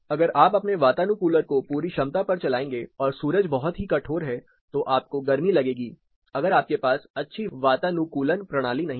अगर आप अपने वातानुकूलर को पूरी क्षमता पर चलाएंगे और सूरज बहुत ही कठोर है तो आपको गर्मी लगेगी अगर आपके पास अच्छी वातानुकूलन प्रणाली नहीं है